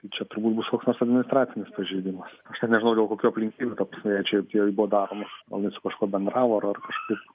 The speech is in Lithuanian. tai čia turbūt bus koks nors administracinis pažeidimas aš ten nežinau dėl kokių aplinkybių ta prasme jai čia tie buvo daromas gal jinai su kažkuo bendravo ar ar kažkaip